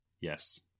Yes